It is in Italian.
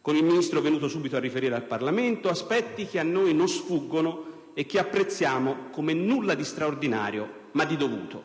con il Ministro venuto subito a riferire al Parlamento; aspetti che a noi non sfuggono e che apprezziamo come nulla di straordinario ma di dovuto.